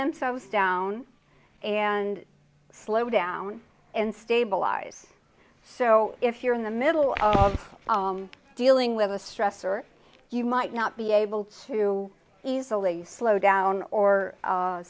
themselves down and slow down and stabilize so if you're in the middle of dealing with a stressor you might not be able to easily slow down or